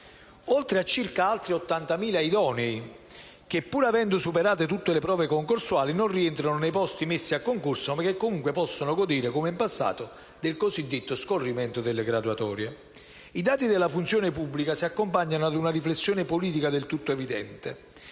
poi circa 80.000 gli idonei che, pur avendo superato tutte le prove concorsuali, non rientrano nei posti messi a concorso, ma che comunque possono godere, come in passato, del cosiddetto scorrimento delle graduatorie. I dati della funzione pubblica si accompagnano ad una riflessione politica del tutto evidente.